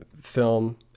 film